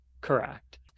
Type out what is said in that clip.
correct